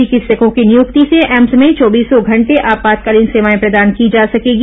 चिकित्सकों की नियुक्ति से एम्स में चौबीसों घंटे आपातकालीन सेवाए प्रदान की जा सकेगी